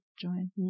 join